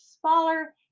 smaller